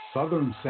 Southern